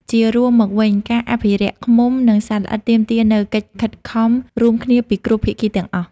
ជារួមមកវិញ ការអភិរក្សឃ្មុំ និងសត្វល្អិតទាមទារនូវកិច្ចខិតខំរួមគ្នាពីគ្រប់ភាគីទាំងអស់។